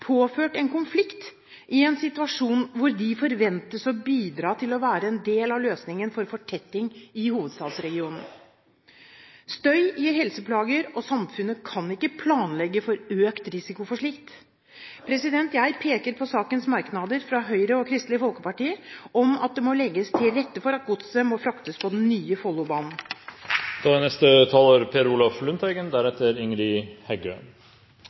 påført en konflikt, i en situasjon hvor de forventes å bidra til å være en del av løsningen for fortetting i hovedstadsregionen. Støy gir helseplager, og samfunnet kan ikke planlegge for økt risiko for slikt. Jeg peker på sakens merknader fra Høyre og Kristelig Folkeparti, om at det må legges til rette for at godset kan fraktes på den nye Follobanen. Presidenten kan ikke registrere at representanten Per Olaf Lundteigen er til stede, og da går vi videre til Ingrid Heggø,